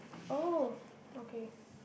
oh okay